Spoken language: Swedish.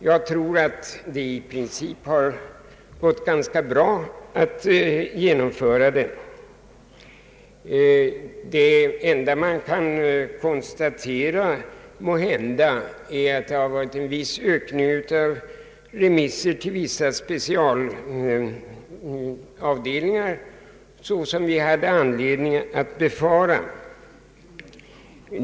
Jag tror att det i princip gått ganska bra att genomföra reformen. Det enda man måhända kan konstatera är att det varit en viss ökning av remisser till några specialavdelningar, vilket vi hade anledning att befara.